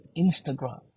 Instagram